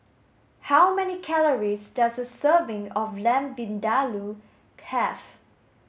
how many calories does a serving of Lamb Vindaloo have